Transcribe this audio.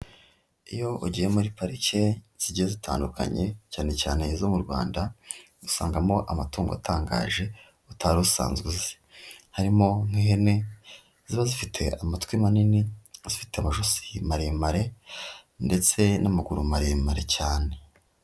Iyo ugiye muri parike zigiye zitandukanye cyane cyane izo mu Rwanda usangamo amatungo atangaje utari usanzwe uzi, harimo nk'ihene ziba zifite amatwi manini, afite amajosi maremare ndetse n'amaguru maremare cyane.